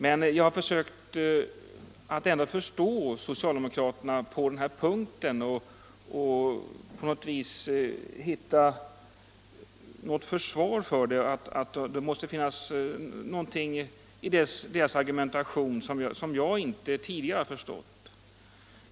Men jag har ändå försökt att förstå socialdemokraterna på den här punkten och försökt att på något sätt hitta ett försvar för deras ståndpunkt. Det måste, har jag tänkt, finnas något i deras argumentation som jag tidigare inte förstått.